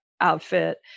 outfit